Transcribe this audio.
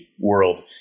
world